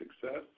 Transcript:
success